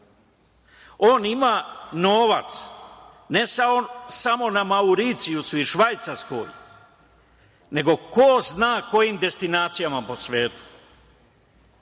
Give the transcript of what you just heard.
on ima novac ne samo na Mauricijusu i Švajcarskoj, nego ko zna kojim destinacijama po svetu.